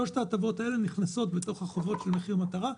שלוש ההטבות האלה נכנסות בתוך החובות של מחיר מטרה.